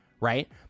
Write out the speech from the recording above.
right